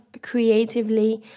creatively